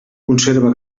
conserva